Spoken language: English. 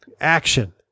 Action